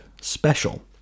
special